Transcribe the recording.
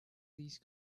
these